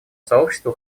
сообществу